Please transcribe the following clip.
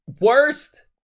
Worst